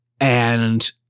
and-